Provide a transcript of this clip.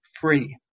free